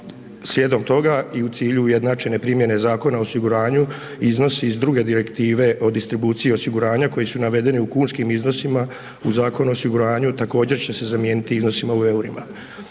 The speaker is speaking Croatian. Slijedom toga i u cilju ujednačene primjene Zakona o osiguranju, iznosi iz druge direktive o distribuciji osiguranja koji su navedeni u kunskim iznosima u Zakonu o osiguranju, također će se zamijeniti iznosima u eurima.